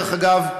דרך אגב,